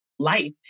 life